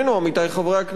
עמיתי חברי הכנסת,